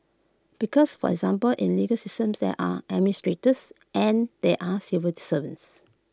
because for example in legal systems there are administrators and there are civil to servants